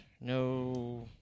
no